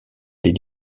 des